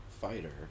fighter